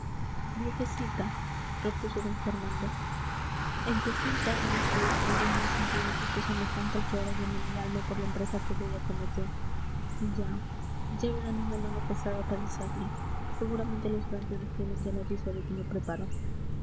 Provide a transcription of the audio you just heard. viejecita repuso d fernando en sesenta años que he vivido no he sentido gusto semejante al que ahora llena mi alma por la empresa que voy a acometer ya ya verán una mano pesada para el sable seguramente los franceses tienen ya noticia de que me preparo